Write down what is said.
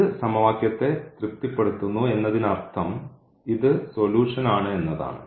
ഇത് സമവാക്യത്തെ തൃപ്തിപ്പെടുത്തുന്നു എന്നതിനർത്ഥം ഇത് സൊലൂഷൻ ആണ് എന്നാണ്